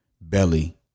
Belly